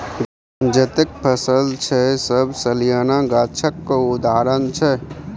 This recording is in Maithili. जतेक फसल छै सब सलियाना गाछक उदाहरण छै